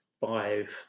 five